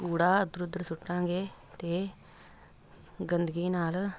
ਕੂੜਾ ਇੱਧਰ ਉੱਧਰ ਸੁੱਟਾਂਗੇ ਤਾਂ ਗੰਦਗੀ ਨਾਲ